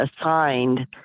assigned